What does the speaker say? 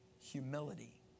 humility